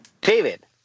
David